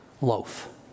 loaf